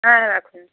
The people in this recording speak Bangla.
হ্যাঁ হ্যাঁ রাখুন